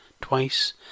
twice